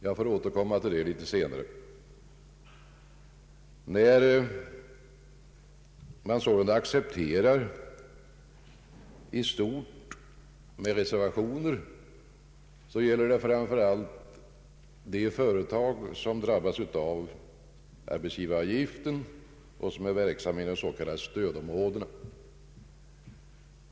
Jag får återkomma till den frågan litet senare. Man accepterar sålunda i stort regeringens förslag, och de reservationer som föreligger gäller framför allt de företag som drabbas av arbetsgivaravgiften och som är verksamma inom det s.k. stödområdet.